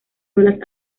olas